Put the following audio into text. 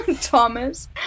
Thomas